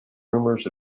rumors